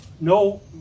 No